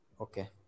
okay